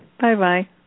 Bye-bye